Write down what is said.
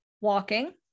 walking